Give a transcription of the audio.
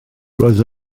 roedd